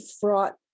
fraught